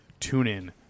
TuneIn